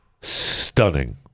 stunning